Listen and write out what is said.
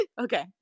Okay